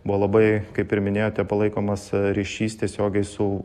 buvo labai kaip ir minėjote palaikomas ryšys tiesiogiai su